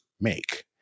make